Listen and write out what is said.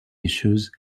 issues